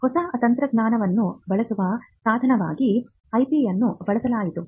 ಹೊಸ ತಂತ್ರಜ್ಞಾನವನ್ನು ಬಳಸಿಕೊಳ್ಳುವ ಸಾಧನವಾಗಿ ಐಪಿಯನ್ನು ಬಳಸಲಾಯಿತು